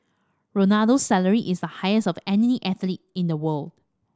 Ronaldo's salary is the highest of any athlete in the world